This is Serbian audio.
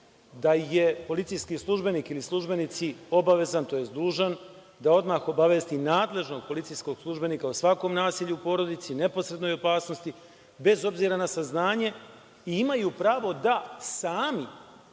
da je policijski službenik (ili službenici) obavezan, tj. dužan da odmah obavesti nadležnog policijskog službenika o svakom nasilju u porodici i neposrednoj opasnosti, bez obzira na saznanje, i imaju pravo da sami